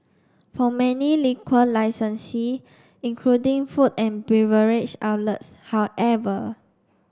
for many liquor licensee including food and beverage outlets however